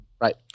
Right